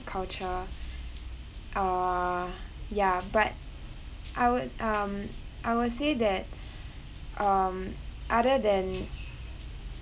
culture uh ya but I would um I would say that um other than